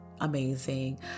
amazing